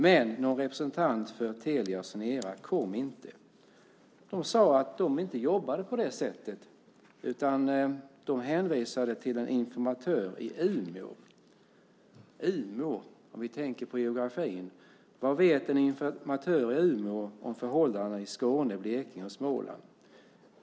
Men någon representant för Telia Sonera kom inte. De sade att de inte jobbade på det sättet utan hänvisade till en informatör i Umeå. Umeå! Om vi tänker på geografin, vad vet en informatör i Umeå om förhållandena i Skåne, Blekinge och Småland?